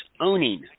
owning